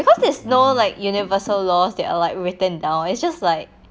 because there's no like universal laws that are like written down it's just like